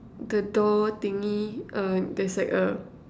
the door thingy uh there's like a